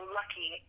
lucky